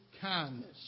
kindness